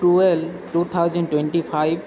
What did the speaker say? twelve two thousand twenty five